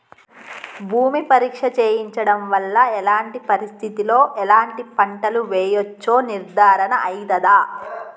భూమి పరీక్ష చేయించడం వల్ల ఎలాంటి పరిస్థితిలో ఎలాంటి పంటలు వేయచ్చో నిర్ధారణ అయితదా?